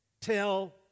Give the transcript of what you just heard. tell